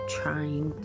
trying